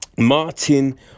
Martin